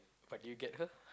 but you get her